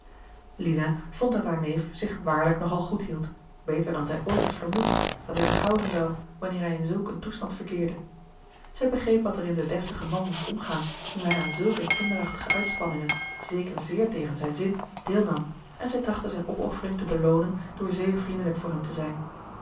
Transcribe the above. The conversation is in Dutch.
lina vond dat haar neef zich waarlijk nog al goed hield beter dan zij ooit had vermoed dat hij zich houden zou wanneer hij in zulk een toestand verkeerde zij begreep wat er in den deftigen man moest omgaan nu hij aan zulke kinderachtige uitspanningen zeker zeer tegen zijn zin deelnam en zij trachtte zijne opoffering te beloonen door zeer vriendelijk voor hem te zijn